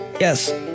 Yes